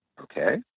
Okay